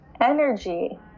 energy